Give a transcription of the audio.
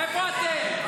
איפה אתם?